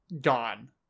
gone